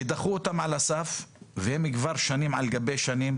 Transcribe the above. דחו אותם על הסף והתושבים כבר שנים על גבי שנים